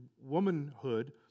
womanhood